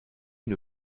une